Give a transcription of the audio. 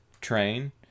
train